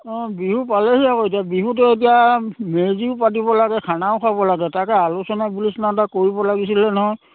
অঁ বিহু পালেহি আকৌ এতিয়া বিহুতে এতিয়া মেজিও পাতিব লাগে খানাও খাব লাগে তাকে আলোচনা বিলোচনা এটা কৰিব লাগিছিলে নহয়